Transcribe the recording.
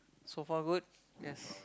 so far good yes